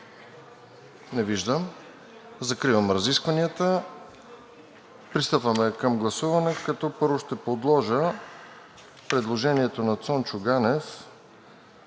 Не виждам. Закривам разискванията. Пристъпваме към гласуване, като първо ще подложа предложението на Цончо Ганев